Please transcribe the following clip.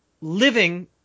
living